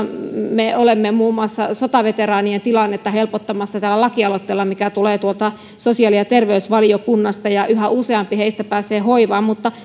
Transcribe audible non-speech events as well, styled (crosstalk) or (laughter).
me olemme muun muassa sotaveteraanien tilannetta helpottamassa tällä lakialoitteella joka tulee tuolta sosiaali ja terveysvaliokunnasta ja yhä useampi heistä pääsee hoivaan mutta (unintelligible)